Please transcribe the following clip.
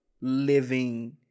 living